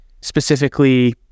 specifically